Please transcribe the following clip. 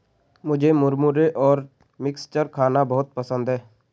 मुझे मुरमुरे और मिक्सचर खाना बहुत पसंद है